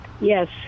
Yes